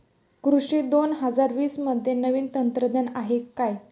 कृषी दोन हजार वीसमध्ये नवीन तंत्रज्ञान काय आहे?